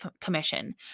commission